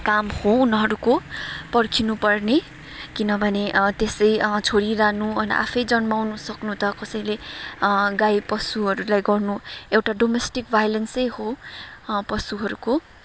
काम हो उनीहरूको पर्खिनु पर्ने किनभने त्यसै छोडिरहनु आफै जन्माउनु सक्नु त कसैले गाई पशुहरूलाई गर्नु एउटा डोमेस्टिक भोइलेन्सै हो पशुहरूको